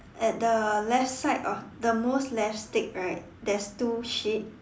at the left side of the most left stick right there's two sheep